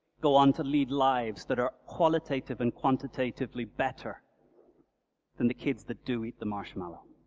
go on to lead lives that are qualitatively and quantitatively better than the kids' that do eat the marshmallow.